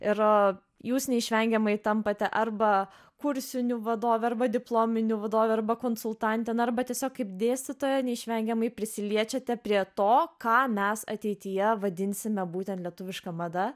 ir jūs neišvengiamai tampate arba kursinių vadove arba diplominių vadove arba konsultante na arba tiesiog kaip dėstytoja neišvengiamai prisiliečiate prie to ką mes ateityje vadinsime būtent lietuviška mada